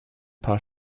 paar